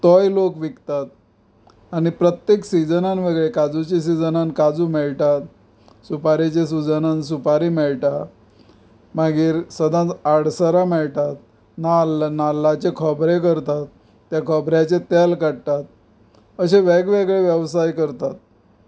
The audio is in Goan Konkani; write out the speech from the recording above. तोवूय लोक विकतात आनी प्रत्येक सिजना वेगळें काजुचें सिजनांत काजू मेळटात सुपारीच्या सिजनांत सुपारी मेळटा मागीर सदांच आडसरां मेळटात नाल्ल नाल्लाचे खोबरें करतात तें खोबऱ्याचें तेल काडटात अशे वेगवेगळे वेवसाय करतात